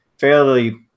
fairly